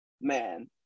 Man